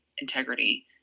integrity